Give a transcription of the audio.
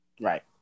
Right